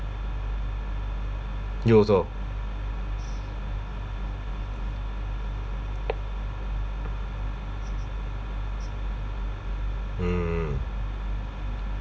you also mm mm